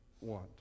want